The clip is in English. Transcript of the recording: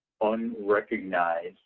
unrecognized